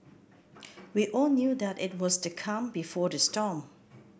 we all knew that it was the calm before the storm